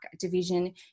division